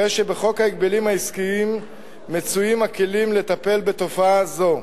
הרי שבחוק ההגבלים העסקיים מצויים הכלים לטפל בתופעה זו,